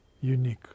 unique